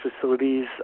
facilities